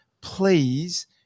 please